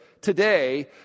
today